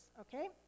okay